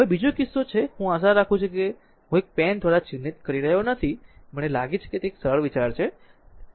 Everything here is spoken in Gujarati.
હવે બીજો કિસ્સો છે હું આશા રાખું છું કે હું તેને પેન દ્વારા ચિહ્નિત કરી રહ્યો નથી મને લાગે છે કે તે સરળ વિચાર છે